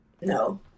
No